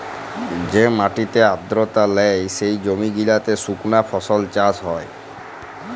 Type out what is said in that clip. যে মাটিতে আদ্রতা লেই, সে জমি গিলাতে সুকনা ফসল চাষ হ্যয়